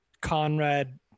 Conrad